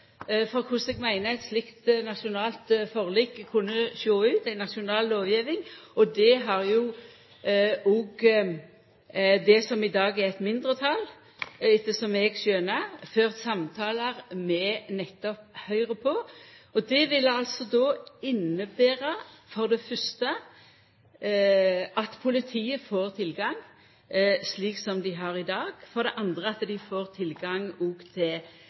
korleis eg meiner eit slikt nasjonalt forlik kunne sjå ut, ei nasjonal lovgjeving. Det har òg det som i dag er eit mindretal, etter det eg skjøner, ført samtaler med nettopp Høgre om. Det ville for det fyrste innebera at politiet får tilgang slik som dei har i dag, for det andre at dei òg får tilgang til IP-adresser som i dag blir sletta fort, og